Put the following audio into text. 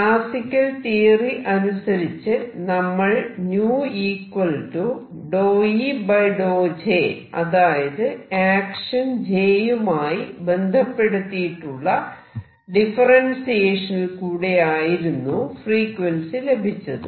classical theory അനുസരിച്ച് നമ്മൾ ν∂E∂J അതായത് ആക്ഷൻ J യുമായി ബന്ധപ്പെടുത്തിയുള്ള ഡിഫറെൻസിയേഷനിൽ കൂടെയായിരുന്നു ഫ്രീക്വൻസി ലഭിച്ചത്